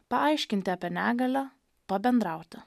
paaiškinti apie negalią pabendrauti